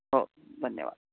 हो धन्यवाद